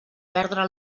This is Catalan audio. perdre